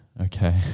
okay